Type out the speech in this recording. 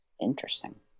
Interesting